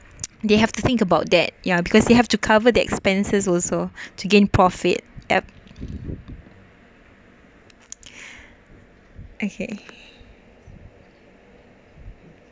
they have to think about that ya because you have to cover the expenses also to gain profit yup okay